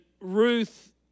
Ruth